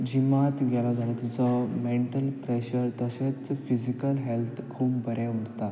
जिमात गेलो जाल्या तुजो मँटल प्रॅशर तशेंच फिजिकल हॅल्त खूब बरें उरता